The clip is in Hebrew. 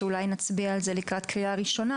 שאולי נצביע על זה לקראת קריאה ראשונה,